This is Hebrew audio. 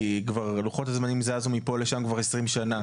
כי לוחות הזמנים כבר זזו מפה לשם כבר עשרים שנה.